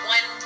One